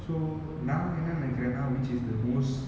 so நா என்ன நெனைகுரனா:naa enna nenaikuranaa which is the most